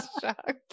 shocked